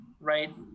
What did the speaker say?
right